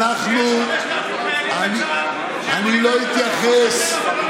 אז איך אנחנו נעודד אותם לעזוב מפלגה ולהצטרף למפלגה אחרת?